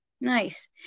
Nice